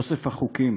אוסף החוקים